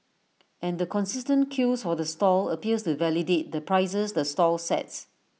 and the consistent queues for the stall appears to validate the prices the stall sets